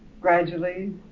gradually